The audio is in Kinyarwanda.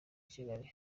kigali